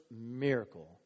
miracle